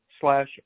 slash